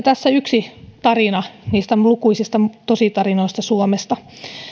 tässä yksi tarina niistä lukuisista tositarinoista suomesta